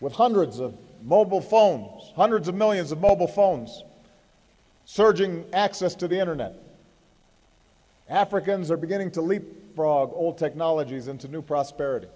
with hundreds of mobile phones hundreds of millions of mobile phones surging access to the internet africans are beginning to leap frog old technologies into new prosperity